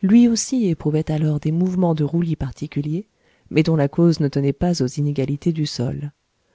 lui aussi éprouvait alors des mouvements de roulis particuliers mais dont la cause ne tenait pas aux inégalités du sol